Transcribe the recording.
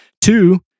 Two